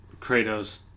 Kratos